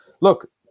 look